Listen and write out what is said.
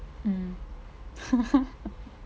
mm